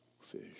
fish